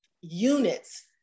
units